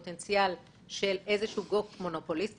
שיש איזה שהוא פוטנציאל של איזה שהוא גוף מונופוליסטי